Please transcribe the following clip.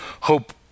hope